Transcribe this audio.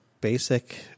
basic